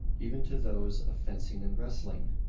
even to those of fencing and wrestling.